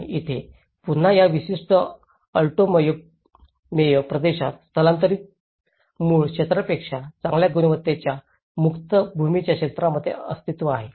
आणि इथे पुन्हा या विशिष्ट अल्टो मेयो प्रदेशात स्थलांतरितांच्या मूळ क्षेत्रापेक्षा चांगल्या गुणवत्तेच्या मुक्त भूमीच्या क्षेत्रामध्ये अस्तित्व आहे